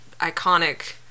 iconic